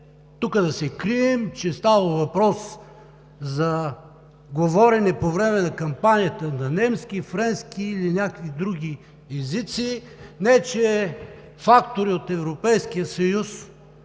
тук да се крием, че става въпрос за говорене по време на кампанията на немски, френски или някакви други езици, не че фактори от Европейския съюз